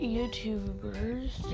YouTuber's